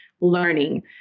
learning